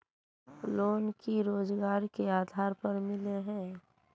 Loan की रोजगार के आधार पर मिले है?